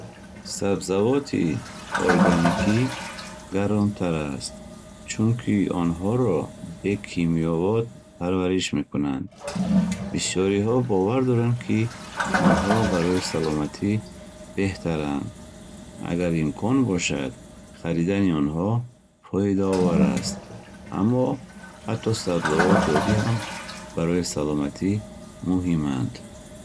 Сабзавоти органикӣ гаронтар аст, чунки онҳоро бе кимиёвот парвариш мекунанд. Бисёриҳо бовар доранд, ки онҳо барои саломатӣ беҳтаранд. Агар имкон бошад, харидани онҳо фоидаовар аст. Аммо ҳатто сабзавоти оддӣ ҳам барои саломатӣ муҳиманд